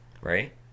right